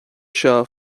seo